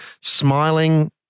smiling